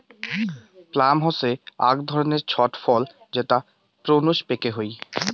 plum হসে আক ধরণের ছট ফল যেটা প্রুনস পেকে হই